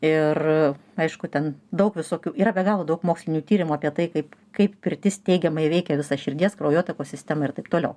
ir aišku ten daug visokių yra be galo daug mokslinių tyrimų apie tai kaip kaip pirtis teigiamai veikia visą širdies kraujotakos sistemą ir taip toliau